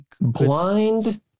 blind